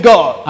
God